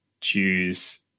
choose